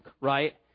right